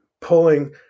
pulling